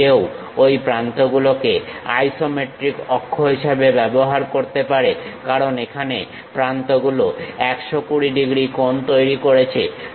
কেউ ঐ প্রান্তগুলোকে আইসোমেট্রিক অক্ষ হিসেবে ব্যবহার করতে পারে কারণ এখানে প্রান্তগুলো 120 ডিগ্রী কোণ তৈরি করেছে